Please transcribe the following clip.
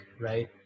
right